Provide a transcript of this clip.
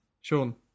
Sean